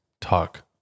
talk